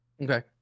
Okay